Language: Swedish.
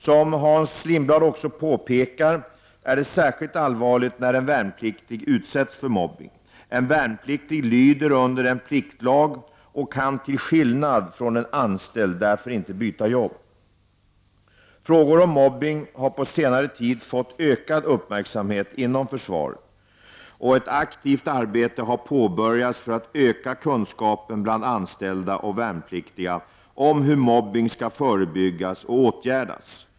Som Hans Lindblad också påpekar är det särskilt allvarligt när en värnpliktig utsätts för mobbning. En värnpliktig lyder under en pliktlag och kan till skillnad från en anställd därför inte byta jobb. Frågor om mobbning har på senare tid fått ökad uppmärksamhet inom försvaret och ett aktivt arbete har påbörjats för att öka kunskapen bland anställda och värnpliktiga om hur mobbning skall förebyggas och åtgärdas.